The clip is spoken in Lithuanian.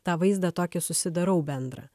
tą vaizdą tokį susidarau bendrą